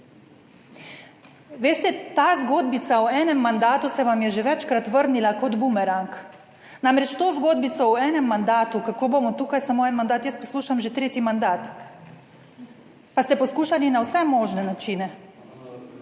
Veste, ta zgodbica v enem mandatu se vam je že večkrat vrnila kot bumerang, namreč to zgodbico o enem mandatu, kako bomo tukaj samo en mandat jaz poslušam že tretji mandat, pa ste poskušali na vse možne načine,